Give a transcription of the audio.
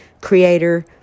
creator